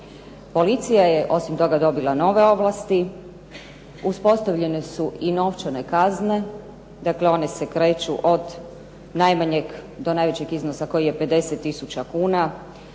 Policija je osim toga dobila nove ovlasti, uspostavljene su i novčane kazne. Dakle one se kreću od najmanjeg do najvećeg iznosa koji je 50 tisuća kuna,